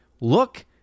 look